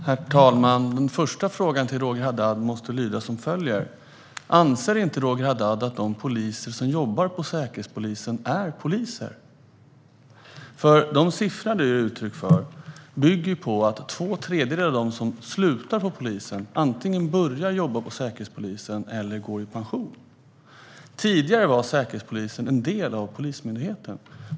Herr talman! Den första frågan till Roger Haddad måste lyda som följer: Anser inte du, Roger Haddad, att de poliser som jobbar på Säkerhetspolisen är poliser? De siffror som du nämner bygger nämligen på att två tredjedelar av dem som slutar vid polisen antingen börjar jobba på Säkerhetspolisen eller går i pension. Tidigare var Säkerhetspolisen en del av Polismyndigheten.